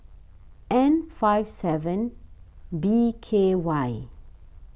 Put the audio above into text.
N five seven B K Y